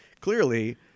Clearly